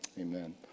amen